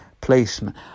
placement